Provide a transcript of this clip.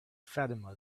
fatima